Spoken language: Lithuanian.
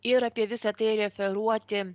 ir apie visa tai referuoti